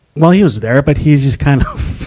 well, he was there. but he's just kind of,